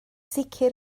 sicr